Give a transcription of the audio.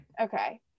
Okay